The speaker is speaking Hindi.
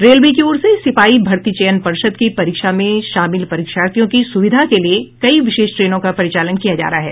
रेलवे की ओर से सिपाही भर्ती चयन पर्षद की परीक्षा में शामिल परीक्षार्थियों की सुविधा के लिए कई विशेष ट्रेनों का परिचालन किया जा रहा है